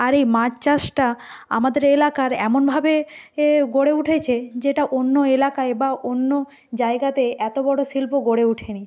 আর এই মাছ চাষটা আমাদের এলাকার এমনভাবে এ গড়ে উঠেছে যেটা অন্য এলাকায় বা অন্য জায়গাতে এতো বড়ো শিল্প গড়ে উঠেনি